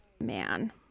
Man